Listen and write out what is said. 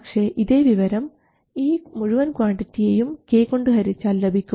പക്ഷേ ഇതേ വിവരം ഈ മുഴുവൻ ക്വാണ്ടിറ്റിയേയും k കൊണ്ട് ഹരിച്ചാൽ ലഭിക്കും